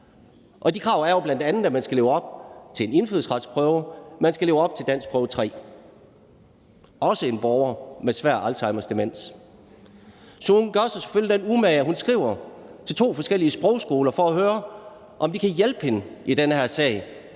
er. De krav er bl.a., at man skal leve op til en indfødsretsprøve, og at man skal leve op til danskprøve 3. Det gælder også en borger med svær Alzheimers demens. Så hun gør sig selvfølgelig den umage, at hun skriver til to forskellige sprogskoler for at høre, om de kan hjælpe hende i den her sag